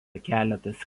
keletas